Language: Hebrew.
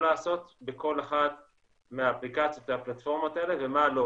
לעשות בכל אחת מהאפליקציות או הפלטפורמות האלה ומה לא,